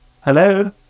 Hello